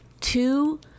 two